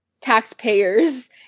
taxpayers